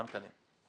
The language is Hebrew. כן, מנכ"לים.